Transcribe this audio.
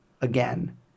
again